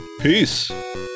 Peace